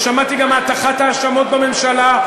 ושמעתי גם הטחת האשמות בממשלה,